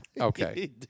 Okay